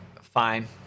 Fine